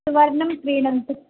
सुवर्णं क्रीणन्तु